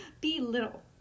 belittle